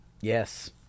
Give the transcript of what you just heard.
Yes